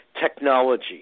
technology